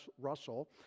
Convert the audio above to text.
Russell